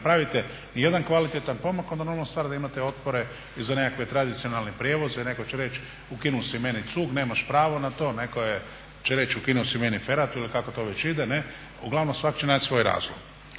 napravite nijedan kvalitetan pomak onda je normalna stvar da imate otpore i za nekakve tradicionalne prijevoze i netko će reći ukinuo si meni zug nemaš pravo na to, netko će reći ukinuo si meni feratu ili kako to već ide ne, uglavnom svak će nać svoj razlog.